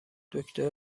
دکتر